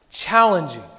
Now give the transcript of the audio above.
challenging